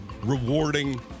rewarding